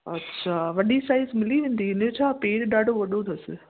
अच्छा वॾी साइज मिली वेंदी हिनजो छा पैर ॾाढो वॾो अथस